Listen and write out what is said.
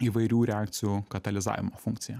įvairių reakcijų katalizavimo funkciją